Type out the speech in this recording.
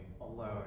alone